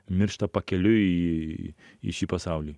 miršta pakeliui į į šį pasaulį